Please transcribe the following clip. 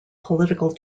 political